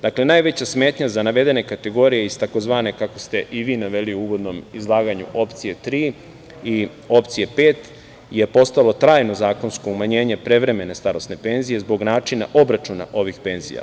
Dakle, najveća smetnja za navedene kategorije iz tzv, kako ste i vi naveli u uvodnom izlaganju, opcije tri i opcije pet je postalo trajno zakonsko umanjenje prevremene starosne penzije zbog načina obračuna ovih penzija.